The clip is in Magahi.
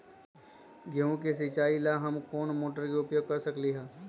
गेंहू के सिचाई ला हम कोंन मोटर के उपयोग कर सकली ह?